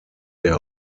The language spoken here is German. der